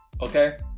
Okay